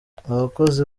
abakozi